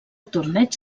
torneig